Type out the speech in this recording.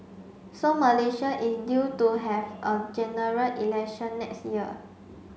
so Malaysia is due to have a General Election next year